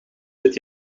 dit